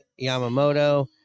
Yamamoto